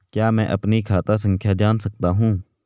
क्या मैं अपनी खाता संख्या जान सकता हूँ?